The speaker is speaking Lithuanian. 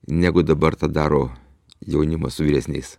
negu dabar tą daro jaunimas su vyresniais